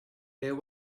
there